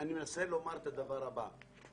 אני מנסה לומר את הדבר הבא.